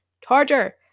Torture